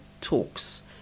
talks